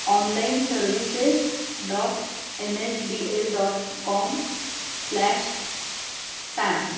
online services dot N S D L dot com slash pan